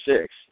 six